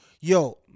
yo